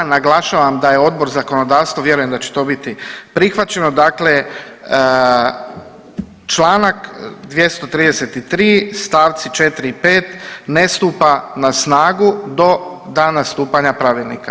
Naglašavam da je Odbor za zakonodavstvo, vjerujem da će to biti prihvaćeno, dakle članak 233. stavci 4. i 5. ne stupa na snagu do dana stupanja pravilnika.